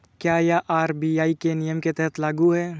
क्या यह आर.बी.आई के नियम के तहत लागू है?